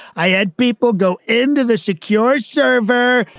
i had people go into the secure server,